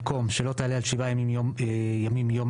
במקום 'שלא תעלה על שבעה ימים מיום